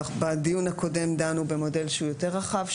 בדיון הקודם דנו במודל שהוא יותר רחב,